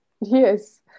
Yes